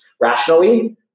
rationally